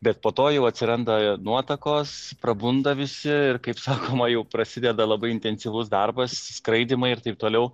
bet po to jau atsiranda nuotakos prabunda visi ir kaip sakoma jau prasideda labai intensyvus darbas skraidymai ir taip toliau